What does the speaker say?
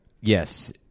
Yes